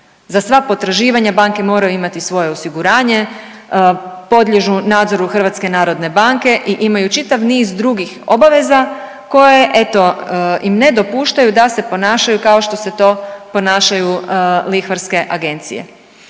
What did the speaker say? Za sva potraživanja banke moraju imati svoje osiguranje, podliježu nadzoru HNB-a i imaju čitav niz drugih obaveza koje, eto, im ne dopuštaju da se ponašaju kao što se to ponašaju lihvarske agencije.